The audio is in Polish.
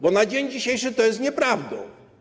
Bo na dzień dzisiejszy to jest nieprawdą.